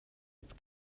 its